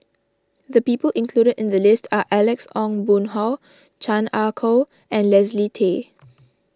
the people included in the list are Alex Ong Boon Hau Chan Ah Kow and Leslie Tay